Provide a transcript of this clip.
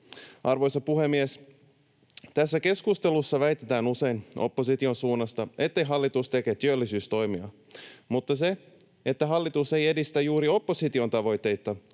Arvoisa puhemies! Tässä keskustelussa väitetään usein opposition suunnasta, ettei hallitus tee työllisyystoimia, mutta se, että hallitus ei edistä juuri opposition tavoitteita,